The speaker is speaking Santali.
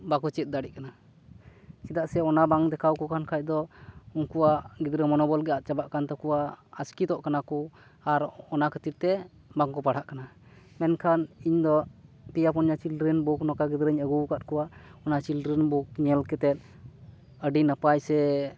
ᱵᱟᱠᱚ ᱪᱮᱫ ᱫᱮᱲᱮᱜ ᱠᱟᱱᱟ ᱪᱮᱫᱟᱜ ᱥᱮ ᱚᱱᱟ ᱵᱟᱝ ᱫᱮᱠᱷᱟᱣ ᱟᱠᱚᱠᱷᱟᱱ ᱫᱚ ᱩᱱᱠᱩᱣᱟᱜ ᱜᱤᱫᱽᱨᱟᱹ ᱢᱚᱱᱚᱵᱚᱞ ᱜᱮ ᱟᱫ ᱪᱟᱵᱟᱜ ᱠᱟᱱ ᱛᱟᱠᱚᱣᱟ ᱟᱥᱠᱮᱛᱚᱜ ᱠᱟᱱᱟ ᱠᱩ ᱟᱨ ᱚᱱᱟ ᱠᱷᱟᱹᱛᱤᱨ ᱛᱮ ᱵᱟᱝ ᱠᱚ ᱯᱟᱲᱦᱟᱜ ᱠᱟᱱᱟ ᱢᱮᱱᱠᱷᱟᱱ ᱤᱧ ᱫᱚ ᱯᱮᱭᱟ ᱯᱩᱱᱭᱟᱹ ᱪᱤᱞᱰᱨᱮᱱ ᱵᱩᱠ ᱱᱚᱠᱟ ᱜᱤᱫᱽᱨᱟᱹᱧ ᱟᱹᱜᱩ ᱟᱠᱟᱫ ᱠᱚᱣᱟ ᱚᱱᱟ ᱪᱤᱞᱰᱨᱮᱱ ᱵᱩᱠ ᱧᱮᱞ ᱠᱟᱛᱮᱫ ᱟᱹᱰᱤ ᱱᱟᱯᱟᱭ ᱥᱮ